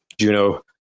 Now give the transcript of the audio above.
Juno